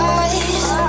eyes